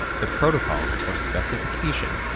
the protocol, or specification,